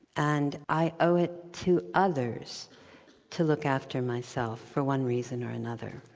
and i owe it to others to look after myself for one reason or another.